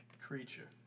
creature